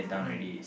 mm